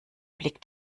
blick